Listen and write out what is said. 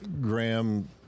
Graham